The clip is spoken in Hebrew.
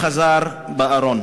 הוא חזר בארון.